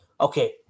okay